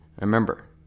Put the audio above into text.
Remember